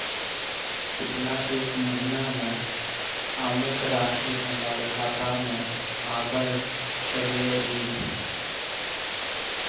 पिछला एक महीना म अमुक राशि हमर खाता में आबय कैलियै इ?